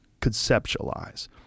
conceptualize